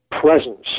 presence